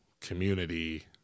community